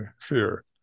fear